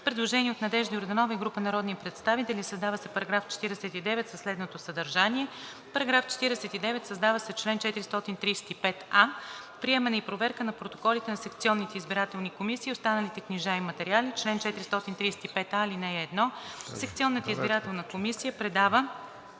Предложение от Надежда Йорданова и група народни представители: „Създава се § 49 със следното съдържание: „§ 49. Създава се чл. 435а: „Приемане и проверка на протоколите на секционните избирателни комисии и останалите книжа и материали Чл. 435а. (1) Секционната избирателна комисия предава